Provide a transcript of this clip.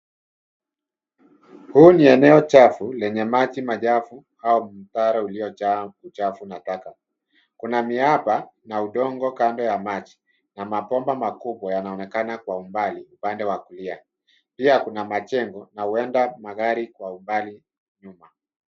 Huu ni eneo chafu lenye maji machafu au mtaro uliojaa uchafu na taka. Kuna miamba na udongo kando ya maji na mabomba makubwa yanaonekana kwa umbali upande wa kulia. Pia kuna majengo na huenda magari kwa umbali nyuma.